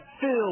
filled